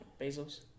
bezos